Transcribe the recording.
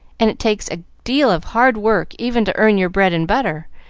and it takes a deal of hard work even to earn your bread and butter,